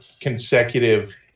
consecutive